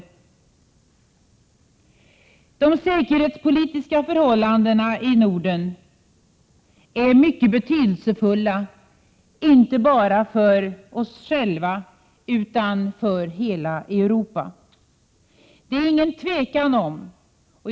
De säkerhetspolitiska förhållandena i Norden är mycket betydelsefulla, inte bara för oss själva utan för hela Europa.